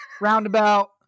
roundabout